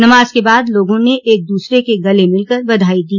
नमाज के बाद लोगों ने एक दूसरे के गले मिलकर बधाई दी